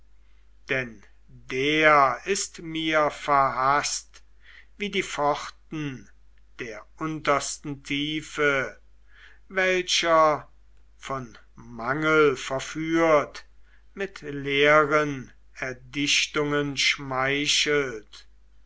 denn der ist mir verhaßt wie die pforten der untersten tiefe welcher von mangel verführt mit leeren erdichtungen schmeichelt